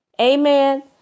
Amen